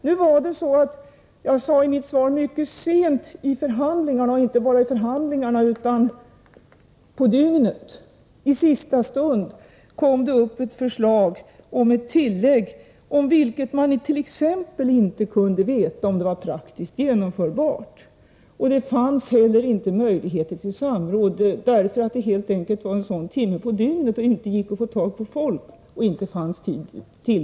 Jag har sagt att det mycket sent i förhandlingarna — och inte bara i förhandlingarna utan även mycket sent på dygnet, ja, i sista stund — kom ett förslag om ett tillägg, om vilket man t.ex. inte kunde veta om det som stod där var praktiskt genomförbart. Inte heller fanns det möjligheter till samråd, eftersom detta skedde vid en tidpunkt på dygnet då det inte gick att få tag i folk och inte fanns tillgänglig tid.